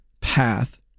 path